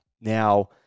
Now